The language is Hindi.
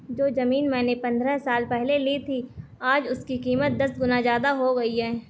जो जमीन मैंने पंद्रह साल पहले ली थी, आज उसकी कीमत दस गुना जादा हो गई है